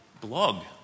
blog